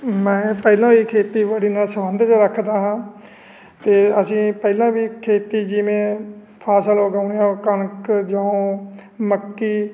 ਮੈਂ ਪਹਿਲਾਂ ਵੀ ਖੇਤੀਬਾੜੀ ਨਾਲ ਸੰਬੰਧਿਤ ਰੱਖਦਾ ਹਾਂ ਅਤੇ ਅਸੀਂ ਪਹਿਲਾਂ ਵੀ ਖੇਤੀ ਜਿਵੇਂ ਫਸਲ ਉਗਾਉਣੀ ਕਣਕ ਜੌਂ ਮੱਕੀ